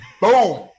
Boom